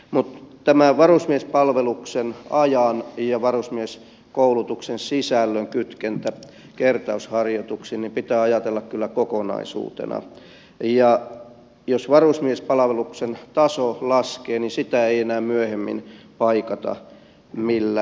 mutta tämä varusmiespalveluksen ajan ja varusmieskoulutuksen sisällön kytkentä kertausharjoituksiin pitää ajatella kyllä kokonaisuutena ja jos varuspalveluksen taso laskee niin sitä ei enää myöhemmin paikata millään